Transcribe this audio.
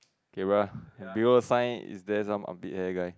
okay bro below the sign is there some armpit hair guy